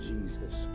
Jesus